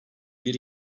bir